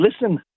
listen